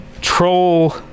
Troll